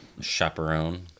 chaperone